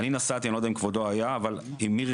אני לא יודע אם כבודו היה אבל אני ומירי